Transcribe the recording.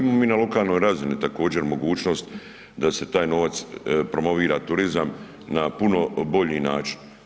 Imamo mi na lokalnoj razini također mogućnost da se taj novac promovira turizam na puno bolji način.